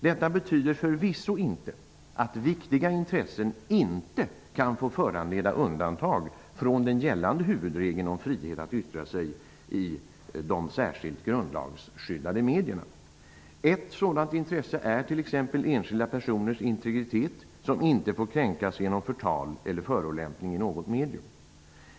Detta betyder förvisso inte att viktiga intressen inte kan få föranleda undantag från den gällande huvudregeln om frihet att yttra sig i de särskilt grundlagsskyddade medierna. Ett sådant intresse är t.ex. enskilda personers integritet, som inte får kränkas genom förtal eller förolämpning i något medium.